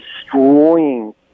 destroying